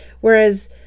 Whereas